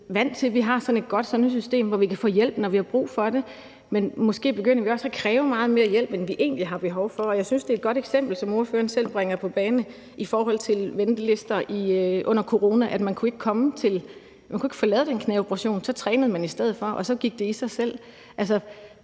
vant til, at vi har sådan et godt sundhedssystem, hvor vi kan få hjælp, når vi har brug for det. Men måske begynder vi også at kræve meget mere hjælp, end vi egentlig har behov for. Jeg synes, at det eksempel, som ordføreren bringer på bane, er godt i forhold til ventelister under corona, nemlig at man ikke kunne få lavet den knæoperation, men så trænede man i stedet for, og så gik det i sig selv. I